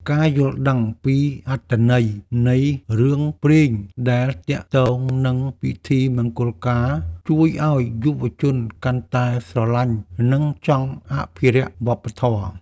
ការយល់ដឹងពីអត្ថន័យនៃរឿងព្រេងដែលទាក់ទងនឹងពិធីមង្គលការ ជួយឱ្យយុវជនកាន់តែស្រឡាញ់និងចង់អភិរក្សវប្បធម៌។